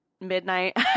midnight